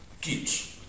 kids